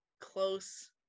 close